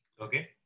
Okay